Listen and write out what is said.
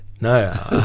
No